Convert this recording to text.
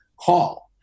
call